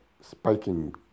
spiking